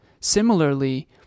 Similarly